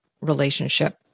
relationship